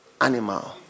animal